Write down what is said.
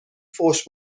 فحش